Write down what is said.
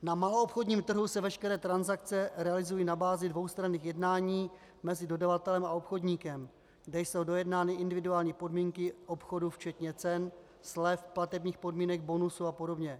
Na maloobchodním trhu se veškeré transakce realizují na bázi dvoustranných jednání mezi dodavatelem a obchodníkem, kde jsou dojednány individuální podmínky obchodu včetně cen, slev, platebních podmínek, bonusů a podobně.